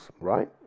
right